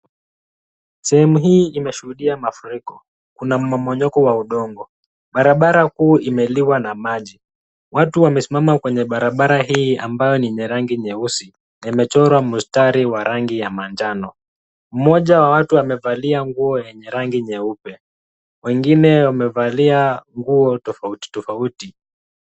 Sehemu hii imeshuhudia mafuriko. Kuna mmomonyoko wa udongo. Barabara kuu imeliwa na maji. Watu wamesimama kwenye barabara hii ambayo ni yenye rangi nyeusi na imechorwa mstari wa rangi ya manjano. Mmoja wa watu amevalia nguo yenye rangi nyeupe. Wengine wamevalia nguo tofauti tofauti.